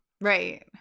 right